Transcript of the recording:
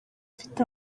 mfite